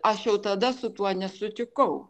aš jau tada su tuo nesutikau